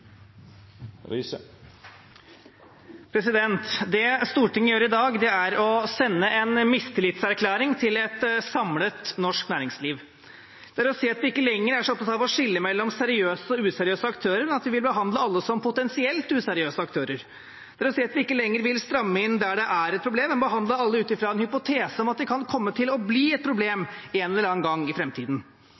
Det Stortinget gjør i dag, er å sende en mistillitserklæring til et samlet norsk næringsliv. Det er å si at vi ikke lenger er så opptatt av å skille mellom seriøse og useriøse aktører, men at vi vil behandle alle som potensielt useriøse aktører. Det er å si at vi ikke lenger vil stramme inn der det er et problem, men behandle alle ut fra en hypotese om at det kan komme til å bli et problem en eller annen gang i